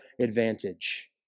advantage